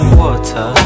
water